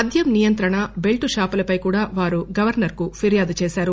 మద్యం నియంత్రణ బెల్లు షాపులపై కూడా వారు గవర్సర్ కు ఫిర్యాదు చేశారు